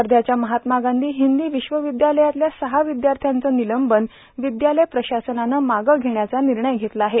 वध्याच्या महात्मा गांधी हिंदी विश्वविद्यालयातल्या सहा विद्यार्थ्यांचं निलंबन विद्यालय प्रशासनानं मागं घेण्याचा निर्णय घेतला आहे